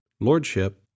lordship